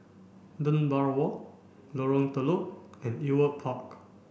Dunbar Walk Lorong Telok and Ewart Park